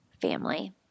Family